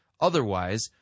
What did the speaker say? Otherwise